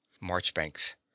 Marchbanks